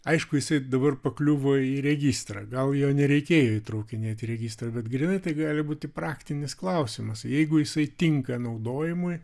aišku jisai dabar pakliuvo į registrą gal jo nereikėjo įtraukinėti į registrą bet grynai tai gali būti praktinis klausimas jeigu jisai tinka naudojimui